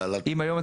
אמרת